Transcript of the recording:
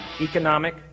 economic